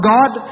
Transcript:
God